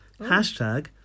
Hashtag